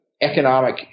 economic